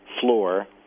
floor